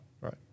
Right